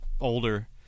older